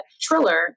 Triller